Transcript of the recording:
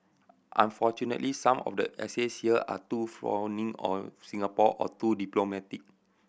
unfortunately some of the essays here are too fawning of Singapore or too diplomatic